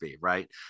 right